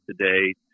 today